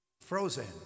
frozen